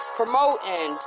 promoting